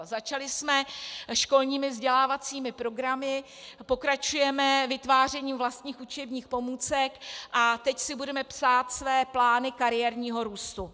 Začali jsme školními vzdělávacími programy, pokračujeme vytvářením vlastních učebních pomůcek a teď si budeme psát své plány kariérního růstu.